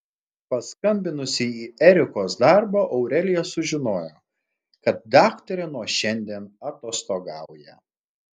paskambinusi į erikos darbą aurelija sužinojo kad daktarė nuo šiandien atostogauja